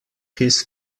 his